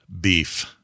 beef